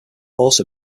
also